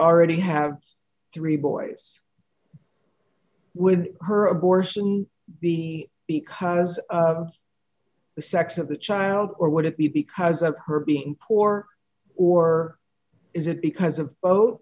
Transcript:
already have three boys with her abortion because the sex of the child or would it be because of her being poor or is it because of bo